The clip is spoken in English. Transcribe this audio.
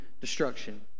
destruction